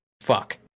fuck